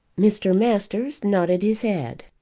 mr. masters nodded his head.